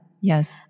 Yes